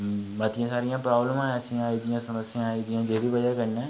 मतियां सारियां प्रॉब्लमां ऐसियां आई दियां समस्या आई दियां जेह्दी बजह् कन्नै